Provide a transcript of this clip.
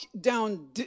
down